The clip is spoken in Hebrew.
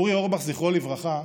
אורי אורבך, זכרו לברכה,